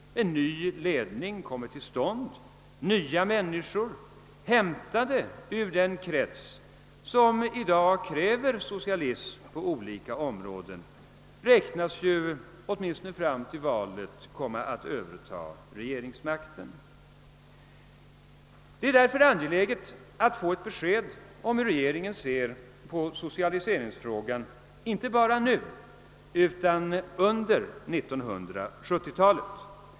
En ny ledning kommer till. Nya människor — hämtade ur den krets som i dag kräver socialism på olika områden — antas, åtminstone fram till valet, komma att överta regeringsmakten. Det är därför angeläget att få ett besked om hur regeringen ser på socialiseringsfrågan i samhället inte bara nu utan också under 1970-talet.